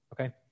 okay